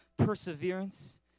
Perseverance